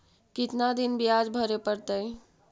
कितना दिन बियाज भरे परतैय?